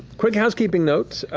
quick housekeeping note,